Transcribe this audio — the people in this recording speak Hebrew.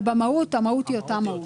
והמהות אותה מהות.